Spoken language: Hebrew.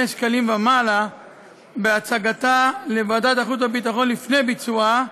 שקלים ומעלה בהצגתה לוועדת החוץ והביטחון לפני ביצועה,